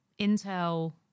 Intel